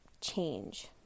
change